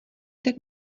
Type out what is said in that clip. tak